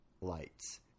Lights